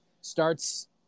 starts